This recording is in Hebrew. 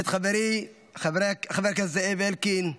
ואת חברי חבר הכנסת זאב אלקין,